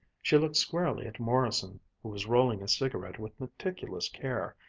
she looked squarely at morrison, who was rolling a cigarette with meticulous care,